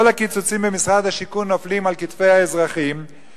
כל הקיצוצים במשרד השיכון נופלים על כתפי האזרחים,